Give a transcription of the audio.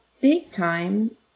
big-time